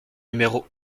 numéro